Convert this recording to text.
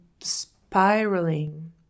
spiraling